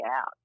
out